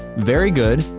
very good,